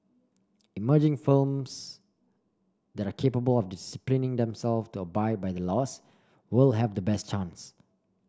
emerging firms that are capable of disciplining themselves to abide by the laws will have the best chance